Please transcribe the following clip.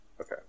okay